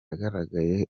yagaragaye